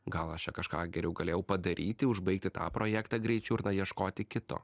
gal aš čia kažką geriau galėjau padaryti užbaigti tą projektą greičiau ir na ieškoti kito